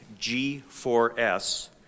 G4S